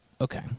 Okay